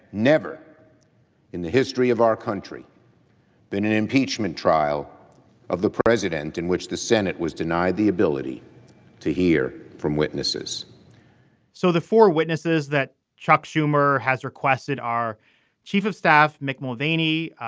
never in the history of our country been an impeachment trial of the president, in which the senate was denied the ability to hear from witnesses so the four witnesses that chuck schumer has requested are chief of staff mick mulvaney,